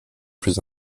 plus